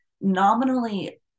nominally